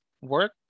work